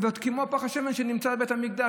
כמו פך השמן שנמצא בבית המקדש,